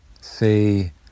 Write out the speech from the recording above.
say